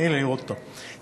תני לי לראות אותו,